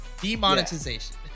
demonetization